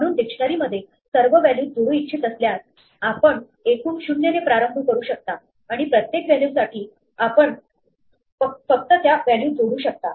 म्हणून डिक्शनरी मध्ये सर्व व्हॅल्यूज जोडू इच्छित असल्यास आपण एकूण 0 ने प्रारंभ करू शकता आणि प्रत्येक व्हॅल्यू साठी आपण फक्त त्या व्हॅल्यूज जोडू शकता